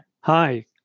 Hi